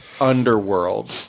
underworld